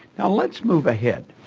now let's move ahead.